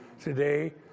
Today